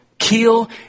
kill